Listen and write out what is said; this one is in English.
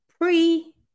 pre